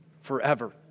forever